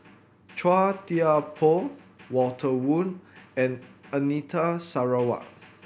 Chua Thian Poh Walter Woon and Anita Sarawak